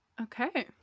Okay